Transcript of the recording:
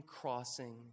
crossing